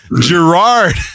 gerard